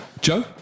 Joe